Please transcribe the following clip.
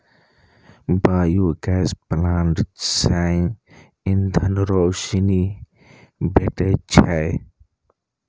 biogas plant सं ईंधन, रोशनी भेटै छै